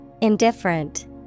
Indifferent